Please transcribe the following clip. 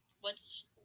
What's-